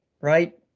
right